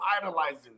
idolizing